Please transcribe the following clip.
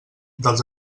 dels